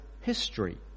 history